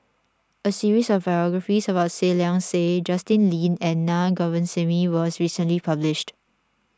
a series of biographies about Seah Liang Seah Justin Lean and Naa Govindasamy was recently published